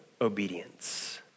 obedience